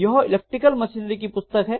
यह electrical machinery की पुस्तक है